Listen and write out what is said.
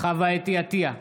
חוה אתי עטייה,